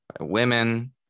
women